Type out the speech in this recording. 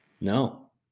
No